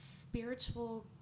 spiritual